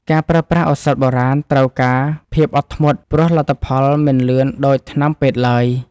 ការប្រើប្រាស់ឱសថបុរាណត្រូវការភាពអត់ធ្មត់ ព្រោះលទ្ធផលមិនលឿនដូចថ្នាំពេទ្យឡើយ។